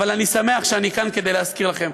אבל אני שמח שאני כאן כדי להזכיר לכם.